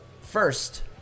first